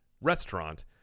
restaurant